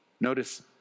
Notice